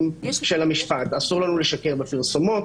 של המשפט אסור לנו לשקר בפרסומות,